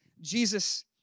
Jesus